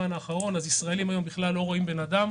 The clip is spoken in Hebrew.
ישראלים בכלל לא רואים בן-אדם,